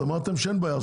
אמרתם שאין בעיה.